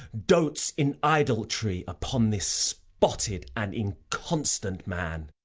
dotes in idolatry, upon this spotted and inconstant man.